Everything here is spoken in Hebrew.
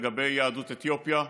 לגבי יהדות אתיופיה,